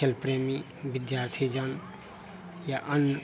खेल प्रेमी विद्यार्थी जन या अन्य